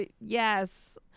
Yes